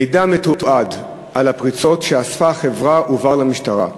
מידע מתועד על הפריצות שאספה החברה הועבר למשטרה.